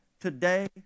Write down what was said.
today